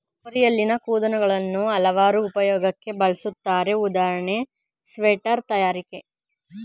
ಕುರಿಯಲ್ಲಿನ ಕೂದಲುಗಳನ್ನು ಹಲವಾರು ಉಪಯೋಗಕ್ಕೆ ಬಳುಸ್ತರೆ ಉದಾಹರಣೆ ಸ್ವೆಟರ್ ತಯಾರಿಕೆ